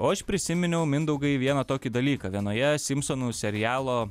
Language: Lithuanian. o aš prisiminiau mindaugai vieną tokį dalyką vienoje simpsonų serialo